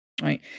Right